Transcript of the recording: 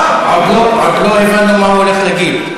עוד לא הבנו מה הוא הולך להגיד.